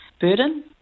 burden